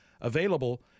available